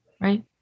right